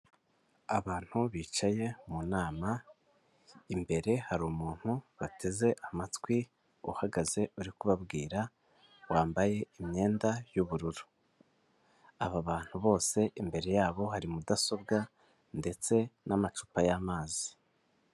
Abantu bicaye mu nama imbere hari umuntu bateze amatwi uhagaze uri kubabwira wambaye imyenda y'ubururu. Aba bantu bose imbere yabo hari mudasobwa ndetse n'amacupa y'amazi.